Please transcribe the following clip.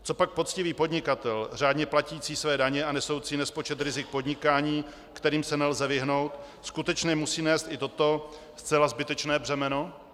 Copak poctivý podnikatel, řádně platící své daně a nesoucí nespočet rizik podnikání, kterým se nelze vyhnout, skutečně musí nést i toto zcela zbytečné břemeno?